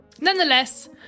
nonetheless